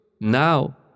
now